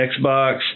Xbox